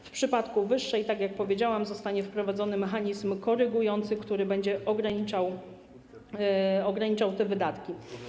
W przypadku wyższej, tak jak powiedziałam, zostanie wprowadzony mechanizm korygujący, który będzie ograniczał te wydatki.